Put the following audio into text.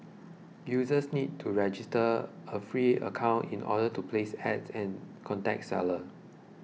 users need to register a free account in order to place Ads and contact seller